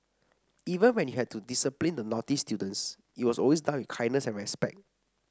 even when you had to discipline the naughty students it was always done kindness and respect